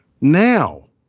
now